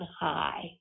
high